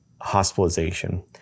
hospitalization